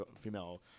female